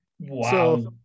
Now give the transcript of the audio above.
Wow